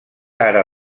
ara